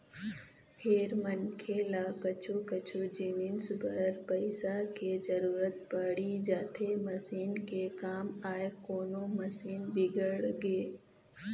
फेर मनखे ल कछु कछु जिनिस बर पइसा के जरुरत पड़ी जाथे मसीन के काम आय कोनो मशीन बिगड़गे